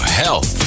health